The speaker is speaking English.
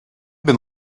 been